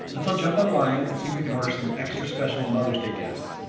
let's all jump online and see if we can order some extra special mother's day gifts.